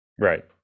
Right